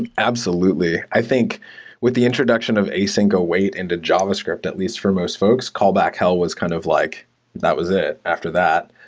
and absolutely. i think with the introduction of async await into javascript, at least for most folks, callback hell was kind of like that was it after that.